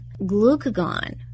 glucagon